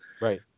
right